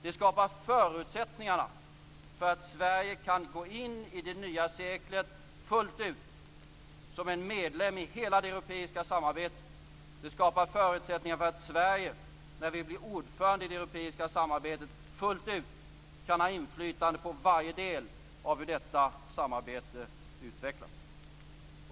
Det skapar förutsättningarna för Sverige att gå in i det nya seklet fullt ut som en medlem i hela det europeiska samarbetet. Det skapar förutsättningar för att Sverige, när vi blir ordförande i det europeiska samarbetet, fullt ut kan ha inflytande på varje del av hur detta samarbete utvecklas.